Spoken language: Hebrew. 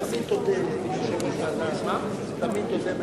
תודה לך,